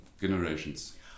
generations